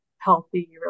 healthy